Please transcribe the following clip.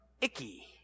icky